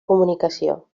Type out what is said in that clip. comunicació